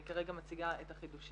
אני כרגע מציגה את החידושים.